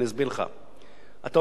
אתה אומר שאני מתערב רק בשלב המכירה.